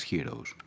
Heroes